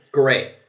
great